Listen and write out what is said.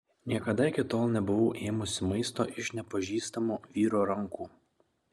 niekada iki tol nebuvau ėmusi maisto iš nepažįstamo vyro rankų